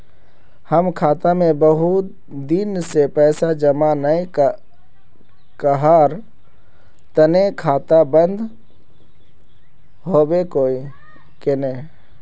हम खाता में बहुत दिन से पैसा जमा नय कहार तने खाता बंद होबे केने?